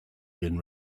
been